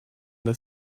that